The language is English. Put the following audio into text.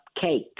cake